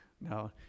no